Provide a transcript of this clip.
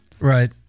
Right